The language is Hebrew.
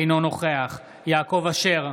אינו נוכח יעקב אשר,